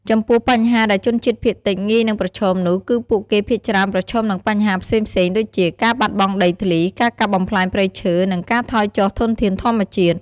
ចំពោះបញ្ហាដែលជនជាតិភាគតិចងាយនឹងប្រឈមនោះ គឺពួកគេភាគច្រើនប្រឈមនឹងបញ្ហាផ្សេងៗដូចជា ការបាត់បង់ដីធ្លី ការកាប់បំផ្លាញព្រៃឈើ និងការថយចុះធនធានធម្មជាតិ។